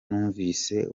numvise